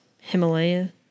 Himalaya